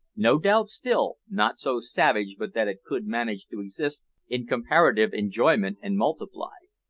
no doubt still, not so savage but that it could manage to exist in comparative enjoyment and multiply.